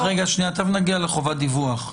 תכף נגיע לחובת דיווח.